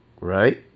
right